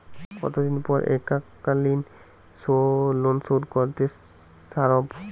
কতদিন পর এককালিন লোনশোধ করতে সারব?